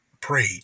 prayed